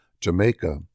Jamaica